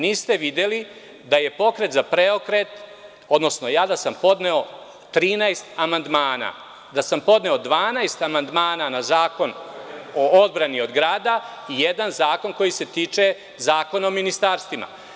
Niste videli da je Pokret za Preokret, odnosno da sam ja podneo 13 amandmana, da sam podneo 12 amandmana na Zakon o odbrani od grada i jedan zakon koji se tiče Zakona o ministarstvima.